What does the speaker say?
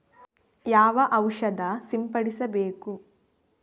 ಯಾವ ಔಷಧ ಸಿಂಪಡಿಸಬೇಕು?